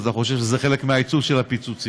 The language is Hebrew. אתה חושב שזה חלק מהעיצוב של הפיצוצייה.